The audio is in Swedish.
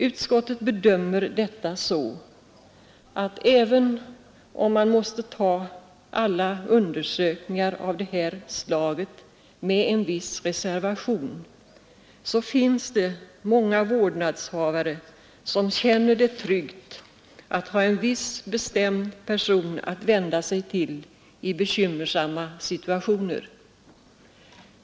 Utskottet bedömer detta så att även om man måste ta alla undersökningar av det här slaget med en viss reservation finns det många vårdnadshavare som känner det tryggt att ha en viss bestämd person att vända sig till i bekymmersamma situationer.